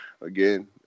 again